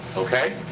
okay?